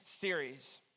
series